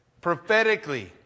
prophetically